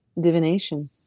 Divination